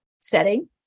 setting